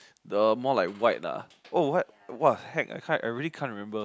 the more like white ah oh what what the heck I can't I really can't remember